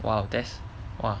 !wow! that's !wow!